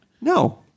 no